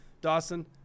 Dawson